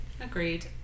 Agreed